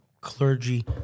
clergy